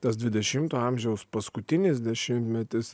tas dvidešimto amžiaus paskutinis dešimtmetis